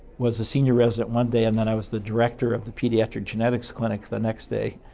was the senior resident one day and then i was the director of the pediatric genetics clinic the next day.